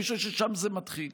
אני חושב ששם זה מתחיל.